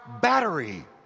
battery